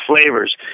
flavors